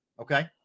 okay